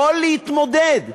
יכול להתמודד.